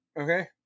okay